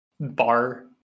bar